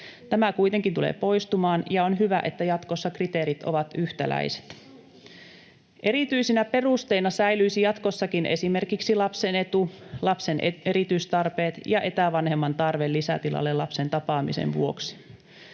Tämä kuitenkin tulee poistumaan, ja on hyvä, että jatkossa kriteerit ovat yhtäläiset. Erityisinä perusteina säilyisivät jatkossakin esimerkiksi lapsen etu, lapsen erityistarpeet ja etävanhemman tarve lisätilalle lapsen tapaamisen vuoksi.